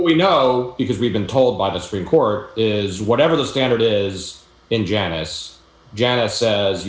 because we've been told by the supreme court is whatever the standard is in janice janice says